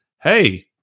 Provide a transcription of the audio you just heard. Hey